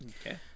Okay